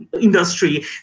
industry